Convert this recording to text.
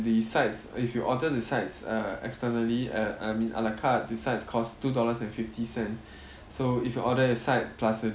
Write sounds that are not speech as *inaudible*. the sides if you order the sides uh externally uh I mean à la carte the sides cost two dollars and fifty cents *breath* so if you order the side plus with